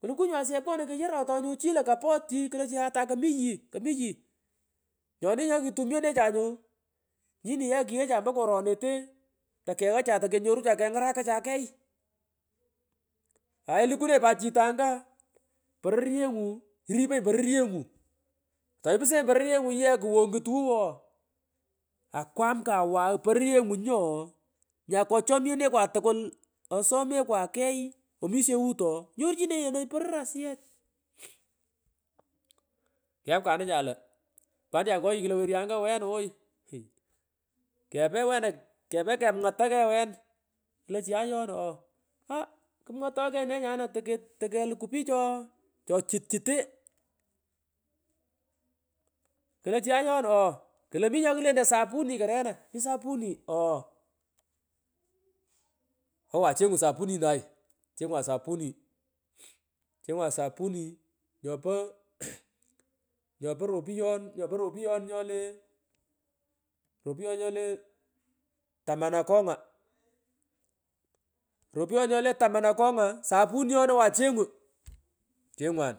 Klukuny asiyeh pkoy keyorotey ngu chi lo kerat chi klo chi atay yii komi yii nyoni nyaktumienecha nyu nyini ye kighecha ompo koni rete takaghacha tokenyorucha kengarakacha kegh kumung kay lukunenyi pat chitonga pororjengu iripanyi pororyengu toipustenyi ye pororyengu ye wo klut wuw rah anaam kawaw pororyengunyi ooh nyakochinyenewa tukul asomekwa lo pkanacha ngo ghii klo werianga weri ooy iighh kepe wena kepe wena kepe repagatu keghwen klo chi ayoo nao haah kupng’oto kagh ne nyana take takeluku pich cho chochutchute kungalari pich klo chi ayomo klo mi nyoklantoy sapuni ko wena mi sapuni ooh wan chengou sapuni nyopo mmhaka nyopo ropuyon nyopo ropuyoni nyolee ropuyan nyole ghh taman akonga ropuyon nyole taman akongaa sapuni owan chengiou chengwan